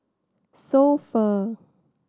So Pho